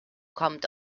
kommt